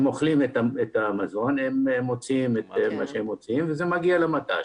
הם אוכלים את המזון והם מוציאים את מה שהם מוציאים וזה מגיע למט"ש.